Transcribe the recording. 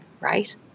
right